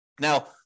Now